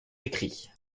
écrits